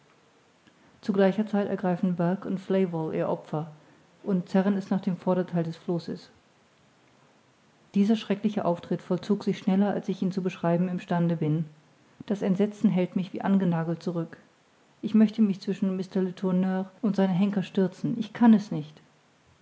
zu gleicher zeit ergreifen burke und flayvol ihr opfer und zerren es nach dem vordertheil des flosses dieser schreckliche auftritt vollzog sich schneller als ich ihn zu beschreiben im stande bin das entsetzen hält mich wie angenagelt zurück ich möchte mich zwischen mr letourneur und seine henker stürzen ich kann es nicht